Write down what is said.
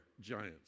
giants